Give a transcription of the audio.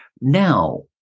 Now